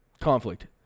conflict